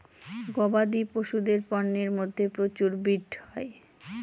গবাদি পশুদের পন্যের মধ্যে প্রচুর ব্রিড হয়